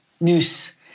news